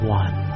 one